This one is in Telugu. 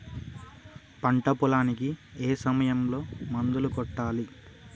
పంట పొలానికి ఏ సమయంలో మందులు కొట్టాలి?